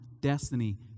destiny